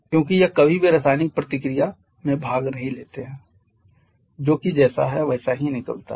क्योंकि यह कभी भी रासायनिक प्रतिक्रिया में भाग नहीं लेता है जो कि जैसा है वैसा ही निकलता है